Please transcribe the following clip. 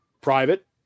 private